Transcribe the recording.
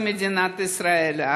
במדינת ישראל.